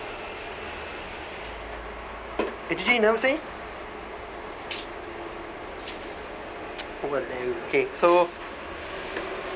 eh you never say !walao! okay so